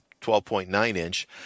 12.9-inch